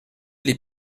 les